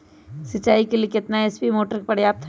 सिंचाई के लिए कितना एच.पी मोटर पर्याप्त है?